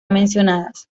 mencionadas